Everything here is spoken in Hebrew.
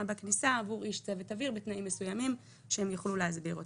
בכניסה עבור איש צוות אוויר בתנאים מסוימים שהם יוכלו להסביר אותם.